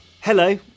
Hello